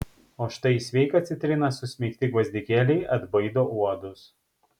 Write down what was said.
o štai į sveiką citriną susmeigti gvazdikėliai atbaido uodus